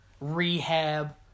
Rehab